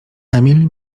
emil